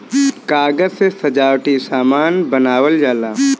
कागज से सजावटी सामान बनावल जाला